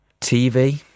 TV